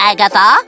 Agatha